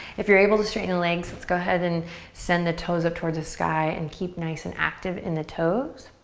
if you're able to straighten the legs let's go ahead and send the toes up towards the sky and keep nice and active in the toes.